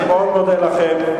אני מאוד מודה לכם.